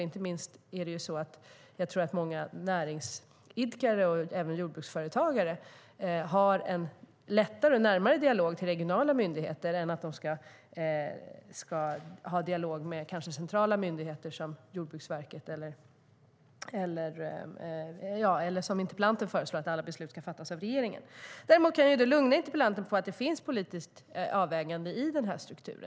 Inte minst tror jag att många näringsidkare och även jordbruksföretagare har en lättare och närmare dialog med regionala myndigheter än de skulle ha haft med centrala myndigheter som Jordbruksverket - eller med regeringen, som interpellanten föreslår ska fatta alla beslut. Däremot kan jag lugna interpellanten med att det finns ett politiskt avvägande i denna struktur.